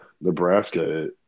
Nebraska